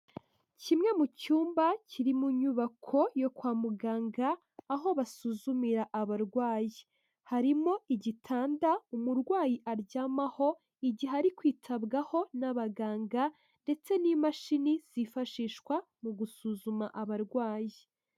Kimwe mu cyumba kiri mu nyubako yo kwa muganga, aho basuzumira abarwayi, harimo igitanda umurwayi aryamaho igihe ari kwitabwaho n'abaganga ndetse n'imashini zifashishwa mu gusuzuma abarwayi.